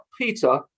Peter